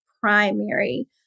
primary